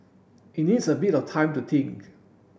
it needs a bit of time to think